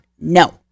No